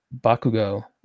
Bakugo